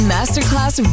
Masterclass